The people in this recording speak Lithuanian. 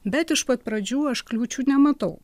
bet iš pat pradžių aš kliūčių nematau